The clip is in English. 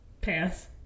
Pass